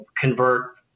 convert